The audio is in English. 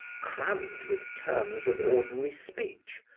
crammed with terms of ordinary speech,